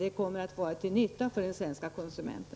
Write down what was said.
Det kommer att vara till nytta för den svenska konsumenten.